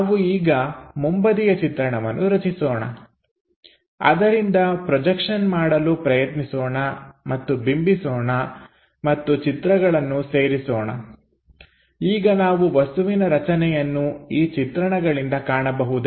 ನಾವು ಈಗ ಮುಂಬದಿಯ ಚಿತ್ರಣವನ್ನು ರಚಿಸೋಣ ಅದರಿಂದ ಪ್ರೊಜೆಕ್ಷನ್ ಮಾಡಲು ಪ್ರಯತ್ನಿಸೋಣ ಮತ್ತು ಬಿಂಬಿಸೋಣ ಮತ್ತು ಚಿತ್ರಗಳನ್ನು ಸೇರಿಸೋಣ ಈಗ ನಾವು ವಸ್ತುವಿನ ರಚನೆಯನ್ನು ಈ ಚಿತ್ರಣಗಳಿಂದ ಕಾಣಬಹುದೇ